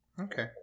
Okay